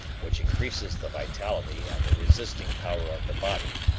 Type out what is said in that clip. which increases the vitality and the resisting power of the body,